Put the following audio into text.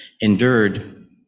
endured